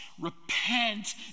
repent